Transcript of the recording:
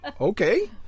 okay